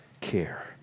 care